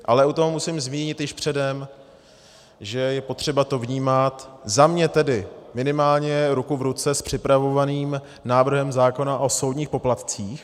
Ale u toho musím zmínit již předem, že je potřeba to vnímat, za mě tedy minimálně, ruku v ruce s připravovaným návrhem zákona o soudních poplatcích.